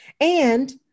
And-